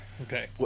Okay